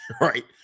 Right